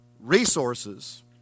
resources